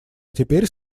теперь